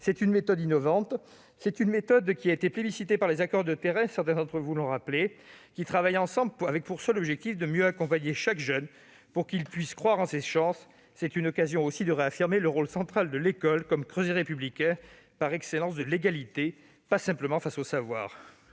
C'est une méthode innovante, plébiscitée par les acteurs de terrain- certains d'entre vous l'ont rappelé -, qui travaillent ensemble avec pour seul objectif de mieux accompagner chaque jeune, pour qu'il puisse croire en ses chances. C'est aussi une occasion de réaffirmer le rôle central de l'école comme creuset républicain par excellence de l'égalité, pas simplement face aux savoirs.